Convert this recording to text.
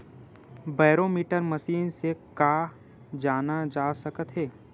Barometer machine से का जाना जा सकत हे?